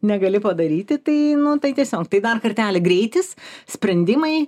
negali padaryti tai nu tai tiesiog tai dar kartelį greitis sprendimai